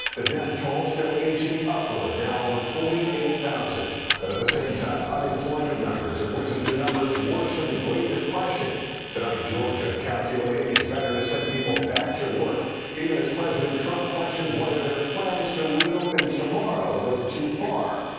the death toll still inching upward, now over forty eight thousand but at the same time, unemployment numbers have risen to numbers worse than and the great depression tonight, georgia calculating it's better to send people back to work even as president trump questions whether are plans to reopen tomorrow go too far.